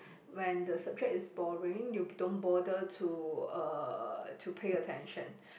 when the subject is boring you don't bother to uh to pay attention